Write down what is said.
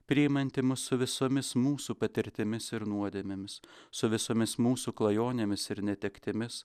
priimanti mus su visomis mūsų patirtimis ir nuodėmėmis su visomis mūsų klajonėmis ir netektimis